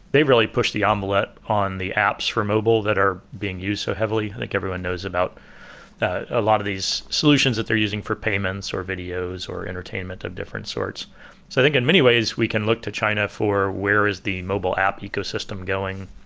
they really push the envelope on the apps for mobile that are being used so heavily. i think everyone knows about a ah lot of these solutions that they're using for payments, or videos, or entertainment of different sorts i think in many ways, we can look to china for where is the mobile app ecosystem going.